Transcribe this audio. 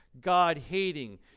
God-hating